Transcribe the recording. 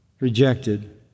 rejected